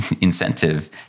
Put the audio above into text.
incentive